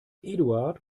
eduard